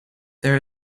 there